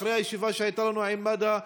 אחרי הישיבה שהייתה לנו עם מד"א.